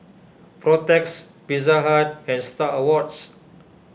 Protex Pizza Hut and Star Awards